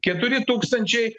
keturi tūkstančiai